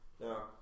Now